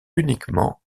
uniquement